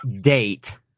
date